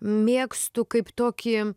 mėgstu kaip tokį